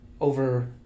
over